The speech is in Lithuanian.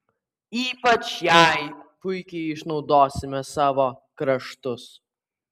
ypač jai puikiai išnaudosime savo kraštus